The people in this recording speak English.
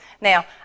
Now